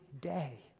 day